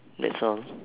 that's all